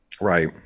right